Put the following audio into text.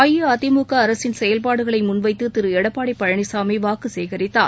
அஇஅதிமுக அரசின் செயல்பாடுகளை முன்வைத்து திரு எடப்பாடி பழனிசாமி வாக்கு சேகரித்தார்